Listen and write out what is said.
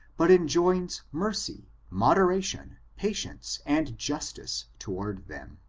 but enjoins mercy, moderation, patience and justice, toward them.